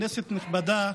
כנסת נכבדה,